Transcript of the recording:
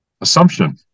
assumption